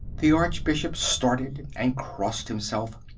the archbishop started and crossed himself.